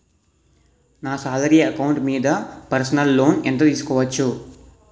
నా salary account మీద personal loan ఎంత తీసుకోవచ్చు?